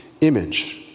image